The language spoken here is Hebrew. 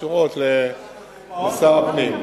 שקשורות לשר הפנים.